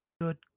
good